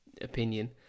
opinion